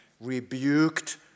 rebuked